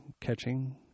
catching